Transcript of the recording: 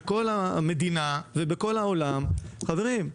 לכל מדינה ובכל העולם: "חברים,